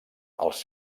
els